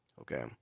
Okay